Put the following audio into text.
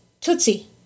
Tootsie